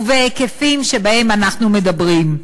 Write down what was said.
ובהיקפים שבהם אנחנו מדברים.